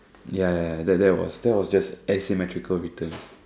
ya ya ya that that was that was just asymmetrical return